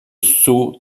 sceaux